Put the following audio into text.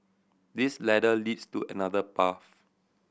this ladder leads to another path